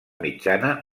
mitjana